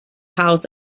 house